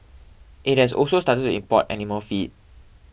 it has also started to import animal feed